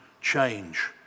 change